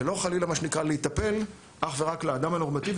ולא חלילה להיטפל אך ורק לאדם הנורמטיבי